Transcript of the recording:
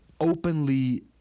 openly